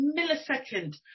millisecond